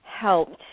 helped